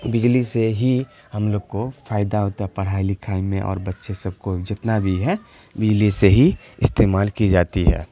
بجلی سے ہی ہم لوگ کو فائدہ ہوتا ہے پڑھائی لکھائی میں اور بچے سب کو جتنا بھی ہے بجلی سے ہی استعمال کی جاتی ہے